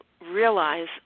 realize